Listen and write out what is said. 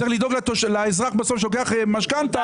צריך לדאוג לאזרח בסוף לוקח משכנתה,